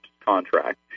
contract